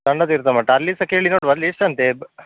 ಸಣ್ಣ ತೀರ್ಥ ಮಠ ಅಲ್ಲಿ ಸಹ ಕೇಳಿ ನೋಡುವ ಅಲ್ಲಿ ಎಷ್ಟು ಅಂತೆ ಬ